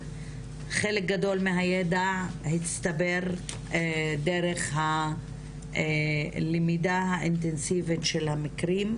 חלק גדול מהידע הצטבר דרך הלמידה האינטנסיבית של המקרים,